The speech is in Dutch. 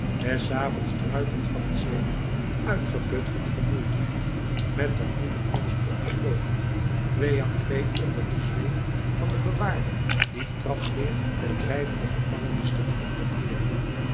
des avonds druipend van t zweet uitgeput van vermoeidheid met de groene muts op de oogen twee aan twee onder de zweep van den bewaarder die trapleer der drijvende gevangenis te moeten opklimmen